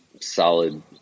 solid